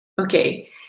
Okay